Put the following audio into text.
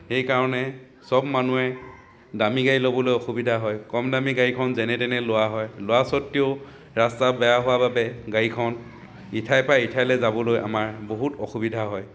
সেইকাৰণে চব মানুহে দামী গাড়ী ল'বলৈ অসুবিধা হয় কম দামী গাড়ীখন যেনে তেনে লোৱা হয় লোৱা স্বত্বেও ৰাস্তা বেয়া হোৱা বাবে গাড়ীখন ইঠাইৰ পৰা ইঠাইলৈ যাবলৈ আমাৰ বহুত অসুবিধা হয়